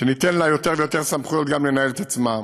וניתן לה יותר ויותר סמכויות, גם לנהל את עצמה,